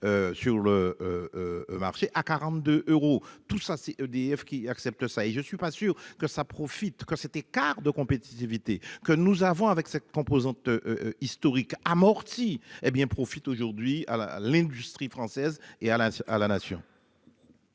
Sur le. Marché. À 42 euros, tout ça, c'est EDF qui accepte ça et je suis pas sûr que ça profite quand c'était car de compétitivité que nous avons avec cette composante. Historique amorti hé bien profite aujourd'hui à la à l'industrie française et à la à la nation.